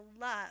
love